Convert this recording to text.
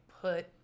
put